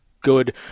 good